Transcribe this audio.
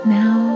now